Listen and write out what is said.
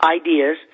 ideas